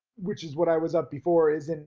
which is what i was up before, isn't,